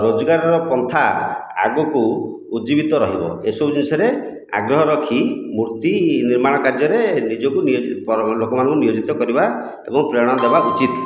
ରୋଜଗାରର ପନ୍ଥା ଆଗକୁ ଉଜ୍ଜିବୀତ ରହିବ ଏସବୁ ଜିନିଷରେ ଆଗ୍ରହ ରଖି ମୂର୍ତ୍ତି ନିର୍ମାଣ କାର୍ଯ୍ୟରେ ନିଜକୁ ଲୋକମାନଙ୍କୁ ନିଯୋଜିତ କରିବା ଏବଂ ପ୍ରେରଣା ଦେବା ଉଚିତ